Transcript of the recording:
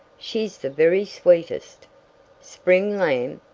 she's the very sweetest spring lamb?